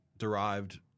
derived